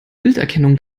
bilderkennung